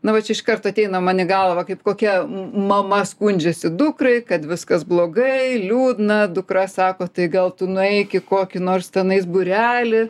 na vat čia iškart ateina man į galvą kaip kokia mama skundžiasi dukrai kad viskas blogai liūdna dukra sako tai gal tu nueik į kokį nors tenais būrelį